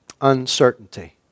uncertainty